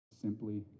simply